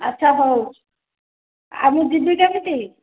ଆଚ୍ଛା ହେଉ ଆଉ ମୁଁ ଯିବି କେମିତି